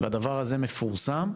והדבר הזה מפורסם,